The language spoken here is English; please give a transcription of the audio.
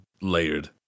layered